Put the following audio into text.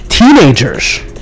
Teenagers